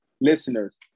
listeners